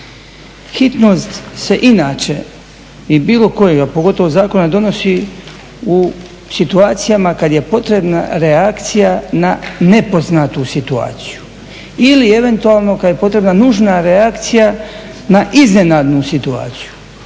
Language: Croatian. Hitnost se inače, i bilo kojega, pogotovo zakona donosi u situacijama kad je potrebna reakcija na nepoznatu situaciju ili eventualno kad je potrebna nužna reakcija na iznenadnu situaciju.